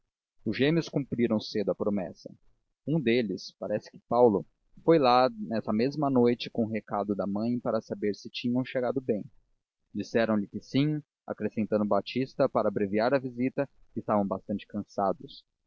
os gêmeos cumpriram cedo a promessa um deles parece que paulo foi lá nessa mesma noite com recado da mãe para saber se tinham chegado bem disseram-lhe que sim acrescentando batista para abreviar a visita que estavam bastante cansados